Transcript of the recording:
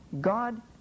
God